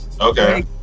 Okay